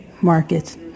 markets